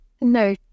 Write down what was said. No